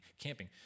camping